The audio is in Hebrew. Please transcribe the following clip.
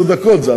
עד עשר דקות.